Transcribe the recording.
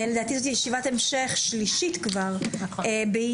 לדעתי זו ישיבת המשך שלישית כבר בעניין